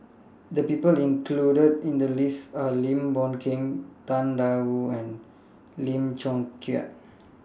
The People included in The list Are Lim Boon Keng Tang DA Wu and Lim Chong Keat